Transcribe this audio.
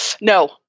No